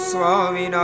Swami